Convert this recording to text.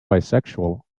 bisexual